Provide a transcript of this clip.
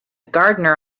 gardener